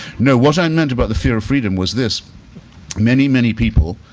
no, what i meant about the fear of freedom was this many, many people